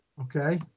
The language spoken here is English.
okay